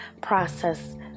process